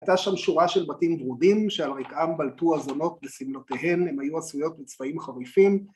‫הייתה שם שורה של בתים דרודים ‫שעל רקעם בלטו הזונות וסמלותיהן, ‫הם היו עשויות בצבעים חריפים.